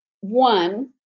one